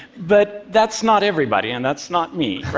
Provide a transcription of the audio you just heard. but that's not everybody. and that's not me.